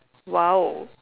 !wow!